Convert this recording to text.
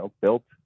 built